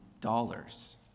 dollars